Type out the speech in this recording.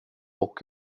och